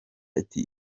ati